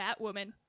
Batwoman